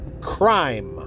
Crime